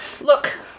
look